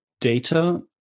data